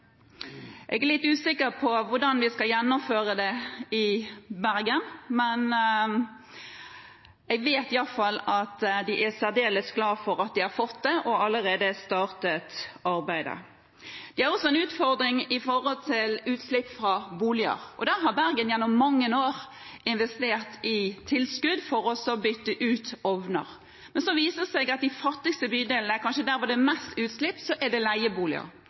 Jeg er litt usikker på hvordan vi skal gjennomføre det i Bergen, men jeg vet iallfall at de er særdeles glad for at de har fått det og allerede har startet arbeidet. De har også en utfordring med hensyn til utslipp fra boliger, og der har Bergen gjennom mange år investert i tilskudd for å bytte ut ovner. Men så viste det seg at i de fattigste bydelene, kanskje der hvor det er mest utslipp, er det leieboliger.